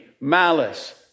malice